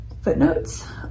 footnotes